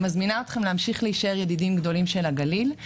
אני מזמינה אתכם להמשיך להישאר ידידים גדולים של הגליל.